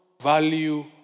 value